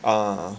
ah